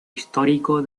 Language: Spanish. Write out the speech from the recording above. histórico